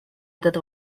этот